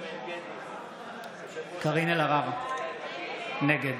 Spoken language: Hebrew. קארין אלהרר, נגד